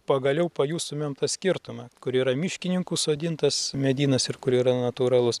pagaliau pajustumėm tą skirtumą kur yra miškininkų sodintas medynas ir kur yra natūralus